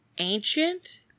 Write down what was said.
ancient